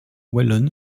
wallonne